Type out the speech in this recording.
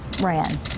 ran